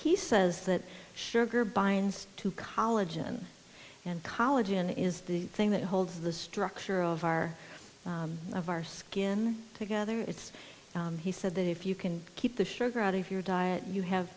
he says that sugar binds to college and and college and is the thing that holds the structure of our of our skin together it's he said that if you can keep the sugar out of your diet you have